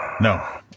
No